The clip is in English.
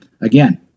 again